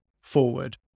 forward